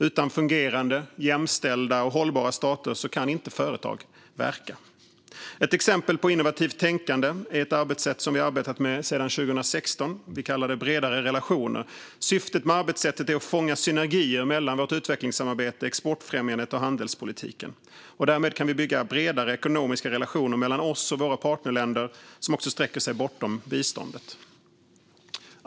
Utan fungerande, jämställda och hållbara stater kan inte företag verka. Ett exempel på innovativt tänkande är ett arbetssätt vi arbetat med sedan 2016. Vi kallar det "bredare relationer", och syftet med arbetssättet är att fånga synergier mellan vårt utvecklingssamarbete, exportfrämjandet och handelspolitiken. Därmed kan vi bygga bredare ekonomiska relationer mellan oss och våra partnerländer som också sträcker sig bortom biståndet.